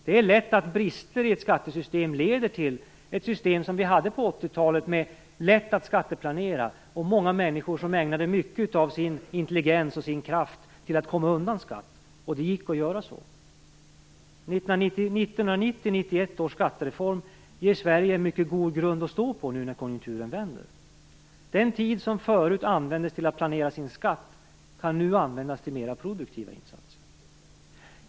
Det är lätt att brister i ett skattesystem leder till en sådan situation som vi hade på 80 talet, då det var lätt att skatteplanera och då många människor ägnade mycket av sin intelligens och kraft åt att komma undan skatt. Det gick att göra så. 1990/91 års skattereform ger Sverige en mycket god grund att stå på när nu konjunkturen vänder. Den tid som förut användes till att planera sin skatt, kan nu användas till mer produktiva insatser.